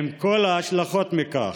עם כל ההשלכות של כך,